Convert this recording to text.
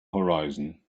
horizon